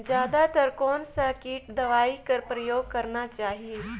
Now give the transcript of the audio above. जादा तर कोन स किट दवाई कर प्रयोग करना चाही?